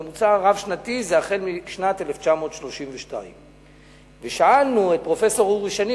הממוצע הרב-שנתי זה החל משנת 1932. שאלנו את פרופסור אורי שני,